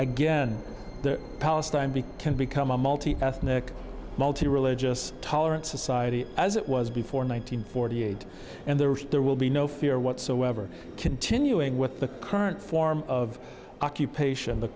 again palestine be can become a multi ethnic multi religious tolerant society as it was before nine hundred forty eight and therefore there will be no fear whatsoever continuing with the current form of occupation the